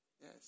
Yes